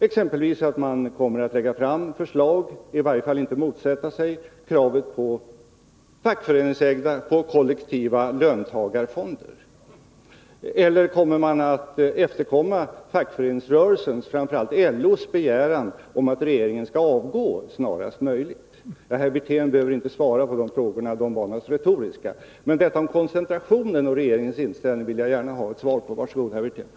— exempelvis att man kommer att lägga fram förslag om eller i varje fall inte motsätta sig krav på fackföreningsägda, kollektiva löntagarfonder? Eller kommer man att efterkomma fackföreningsrörelsens, framför allt LO:s, begäran om att regeringen skall avgå snarast möjligt? Ja, herr Wirtén behöver inte svara på de frågorna — de var naturligtvis retoriska. Men på frågan om regeringens inställning till koncentrationen vill jag gärna ha svar. Var så god, herr Wirtén!